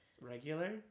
Regular